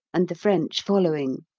and the french following.